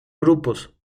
grupos